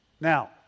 Now